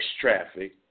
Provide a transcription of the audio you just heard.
traffic